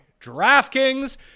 DraftKings